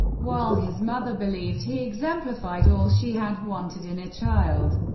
while his mother believed he exemplified all she had wanted in a child.